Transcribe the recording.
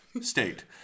State